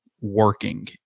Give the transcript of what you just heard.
working